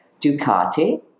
Ducati